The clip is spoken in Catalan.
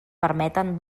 permeten